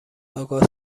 آگاه